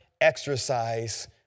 exercise